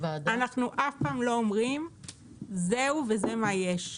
אנחנו אף פעם לא אומרים זהו וזה מה יש,